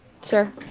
sir